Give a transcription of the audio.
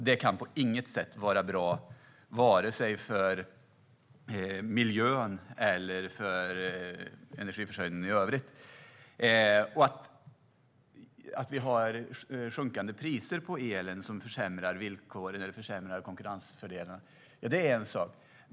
Det kan på inget sätt vara bra vare sig för miljön eller för energiförsörjningen i övrigt. Att vi har sjunkande priser på elen som försämrar villkoren eller försämrar konkurrensen är en sak.